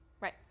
Right